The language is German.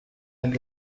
den